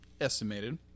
estimated